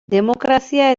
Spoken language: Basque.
demokrazia